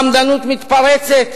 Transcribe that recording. חמדנות מתפרצת,